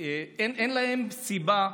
שאין להם סיבה.